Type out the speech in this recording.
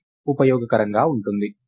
ఇది ఉపయోగకరంగా ఉంటుంది